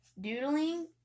doodling